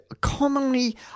commonly